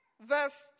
verse